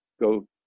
go